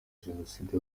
jenoside